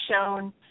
shown